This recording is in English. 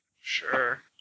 sure